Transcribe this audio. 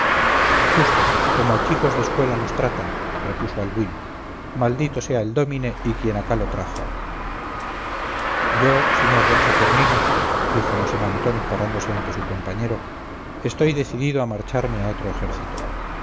justo como a chicos de escuela nos tratan repuso albuín maldito sea el dómine y quien acá lo trajo yo sr d saturnino dijo mosén antón parándose ante su compañero estoy decidido a marcharme a otro ejército